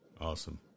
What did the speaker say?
Awesome